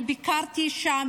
אני ביקרתי שם.